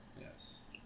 Yes